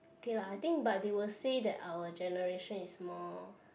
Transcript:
okay lah I think but they will say that our generation is more